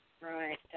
right